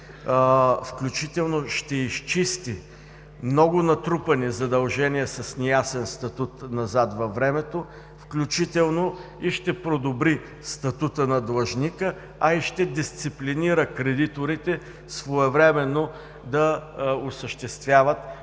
включително ще изчисти много натрупани задължения с неясен статут назад във времето, включително и ще подобри статута на длъжника, а и ще дисциплинира кредиторите своевременно да осъществяват